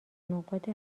نقاط